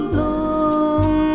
long